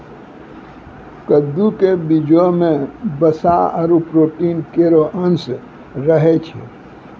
कद्दू क बीजो म वसा आरु प्रोटीन केरो अंश रहै छै